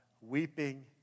Weeping